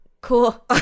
cool